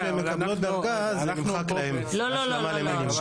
גם כשהן מקבלות דרגה, נמחק להן השלמה למינימום.